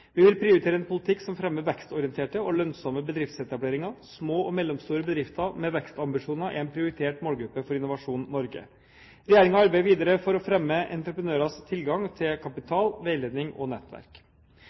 Vi vil prioritere en politikk som fremmer vekstorienterte og lønnsomme bedriftsetableringer. Små og mellomstore bedrifter med vekstambisjoner er en prioritert målgruppe for Innovasjon Norge. Regjeringen arbeider videre for å fremme entreprenørers tilgang til